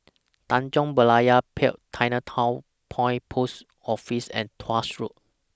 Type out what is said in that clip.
Tanjong Berlayer Pier Chinatown Point Post Office and Tuas Road